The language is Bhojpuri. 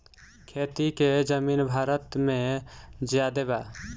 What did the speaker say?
खेती के जमीन भारत मे ज्यादे बा